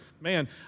man